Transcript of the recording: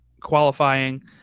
qualifying